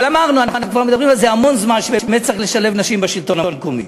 אנחנו מדברים כבר הרבה זמן על זה שצריך לשלב נשים בשלטון המקומי.